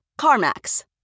CarMax